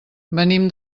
venim